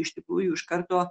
iš tikrųjų iš karto